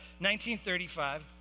1935